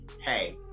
hey